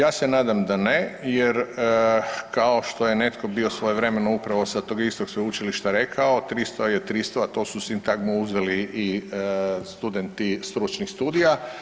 Ja se nadam da se ne jer kao što je netko bio svojevremeno upravo sa tog istog Sveučilišta rekao, 300 je 300, a to su sintagmu uzeli i studenti stručnih studija.